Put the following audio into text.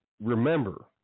Remember